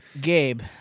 Gabe